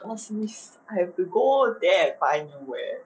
!wah! simi sai I have to go there and find you eh